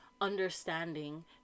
understanding